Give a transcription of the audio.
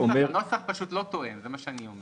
הנוסח לא תואם, זה מה שאני אומר.